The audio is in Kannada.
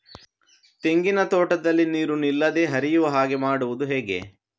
ತೆಂಗಿನ ತೋಟದಲ್ಲಿ ನೀರು ನಿಲ್ಲದೆ ಹರಿಯುವ ಹಾಗೆ ಮಾಡುವುದು ಹೇಗೆ?